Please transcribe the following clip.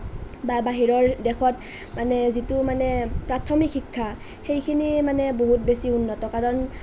বা বাহিৰৰ দেশত মানে যিটো মানে প্ৰাথমিক শিক্ষা সেইখিনি মানে বহুত বেছি উন্নত কাৰণ